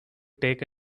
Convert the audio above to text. take